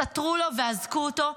סטרו לו ואזקו אותו.